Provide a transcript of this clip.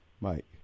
Mike